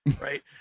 Right